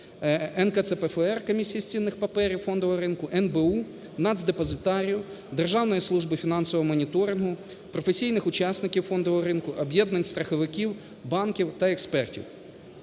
НКЦПФР (Комісії з цінних паперів та фондового ринку), НБУ, Нацдепозитарію, Державної служби фінансового моніторингу, професійних учасників фондового ринку, об'єднань страховиків, банків та експертів.